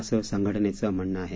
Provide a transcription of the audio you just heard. असं संघटनेचं म्हणणं आहे